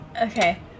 Okay